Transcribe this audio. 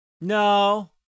No